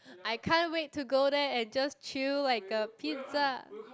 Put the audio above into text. I can't wait to go there and just chill like a pizza